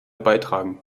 beitragen